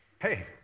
hey